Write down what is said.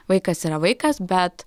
vaikas yra vaikas bet